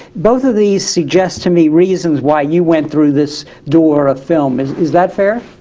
both of these suggests to me reasons why you went through this door of film, is is that fair?